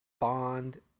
Bond